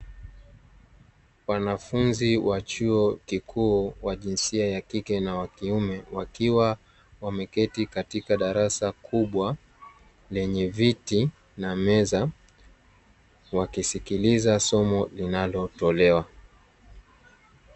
wanafunzi wa chuo kikuu wa jinsia ya kike na wa kiume, wakiwa wameketi katika darasa kubwa lenye viti na meza, wakisikiliza somo linalotolewa.